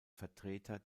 vertreter